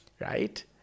Right